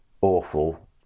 awful